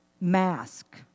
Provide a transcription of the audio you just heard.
Mask